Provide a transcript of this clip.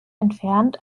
entfernt